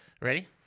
Ready